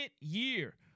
year